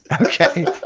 Okay